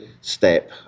step